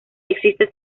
existe